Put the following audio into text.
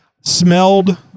smelled